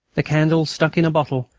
the candle, stuck in a bottle,